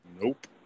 Nope